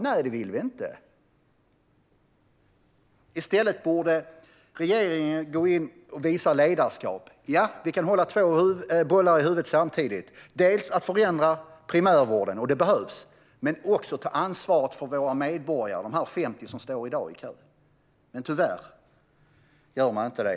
Nej, det är det inte. Regeringen borde visa ledarskap och att man kan hålla två bollar igång samtidigt: förändra primärvården - och det behövs - men också ta ansvar för våra medborgare, de 50 000 som står i kö i dag. Tyvärr gör man inte det.